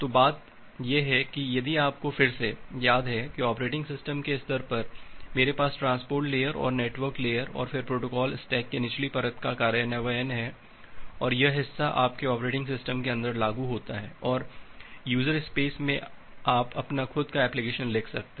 तो बात यह है कि यदि आपको फिर से याद है कि ऑपरेटिंग सिस्टम के स्तर पर मेरे पास ट्रांसपोर्ट लेयर और फिर नेटवर्क लेयर और फिर प्रोटोकॉल स्टैक की निचली परत का कार्यान्वयन है और यह हिस्सा आपके ऑपरेटिंग सिस्टम के अंदर लागू होता है और यूजरस्पेस में आप अपना खुद का एप्लिकेशन लिख सकते हैं